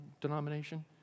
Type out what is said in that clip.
denomination